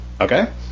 okay